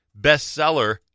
bestseller